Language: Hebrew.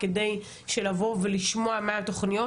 כדי לבוא ולשמוע מה התוכניות.